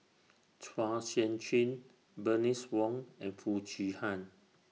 Chua Sian Chin Bernice Wong and Foo Chee Han